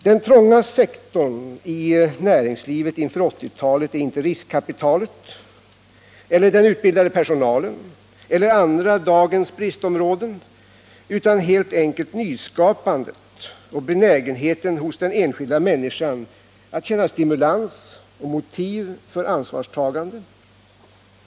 Den trånga sektorn i näringslivet inför 1980-talet är inte riskkapitalet, den utbildade personalen eller andra dagens bristområden utan helt enkelt nyskapandet och benägenheten hos enskilda människor att känna stimulans och motiv för ansvarstagande.